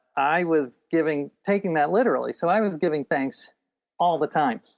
i was giving taking that literally. so i was giving thanks all the time.